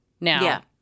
Now